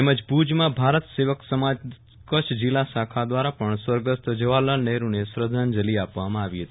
તેમજ ભુજમાં ભારત સેવક સમાજ કચ્છ જીલ્લા શાખા દ્વારા પણ સ્વગ સ્થિ જવાહરલાલ નહેરુને શ્રધાંજલિ અપાઈ હતી